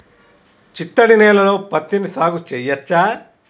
చిత్తడి నేలలో పత్తిని సాగు చేయచ్చా?